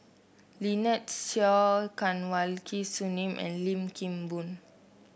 Lynnette Seah Kanwaljit Soin and Lim Kim Boon